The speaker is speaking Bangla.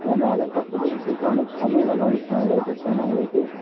কেন এক একটা ফটো এডিট করতে অনেক সময় লাগে অনেক সময় ব্যয় করতে হয় না আমাদেরকে